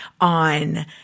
on